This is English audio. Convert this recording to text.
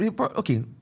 okay